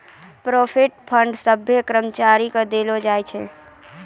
provident fund सभ्भे कर्मचारी के देलो जाय छै